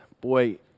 Boy